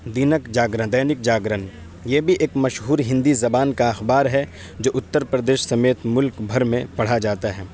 دینک جاگرن دینک جاگرن یہ بھی ایک مشہور ہندی زبان کا اخبار ہے جو اتّر پردیس سمیت ملک بھر میں پڑھا جاتا ہے